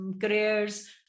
careers